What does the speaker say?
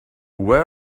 where